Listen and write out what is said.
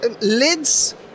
lids